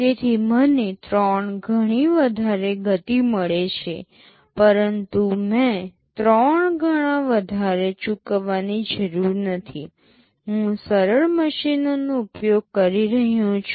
તેથી મને 3 ગણી વધારે ગતિ મળે છે પરંતુ મેં 3 ગણા વધારે ચૂકવવાની જરૂર નથી હું સરળ મશીનોનો ઉપયોગ કરી રહ્યો છું